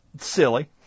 silly